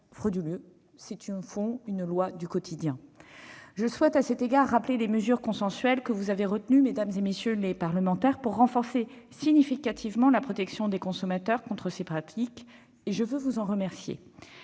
frauduleux. C'est une véritable loi du quotidien ! Je souhaite à cet égard rappeler les mesures consensuelles que vous avez retenues, mesdames, messieurs les parlementaires, pour renforcer significativement la protection des consommateurs contre ces pratiques- je veux d'ailleurs vous en remercier.